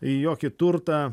į jokį turtą